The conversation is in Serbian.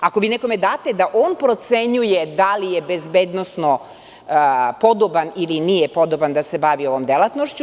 Ako vi nekome date da on procenjuje da li je bezbednosno podoban ili nije podoban da se bavi ovom delatnošću.